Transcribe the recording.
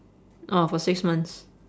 orh for six months